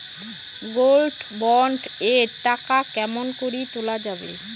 Gold bond এর টাকা কেমন করি তুলা যাবে?